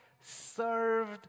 served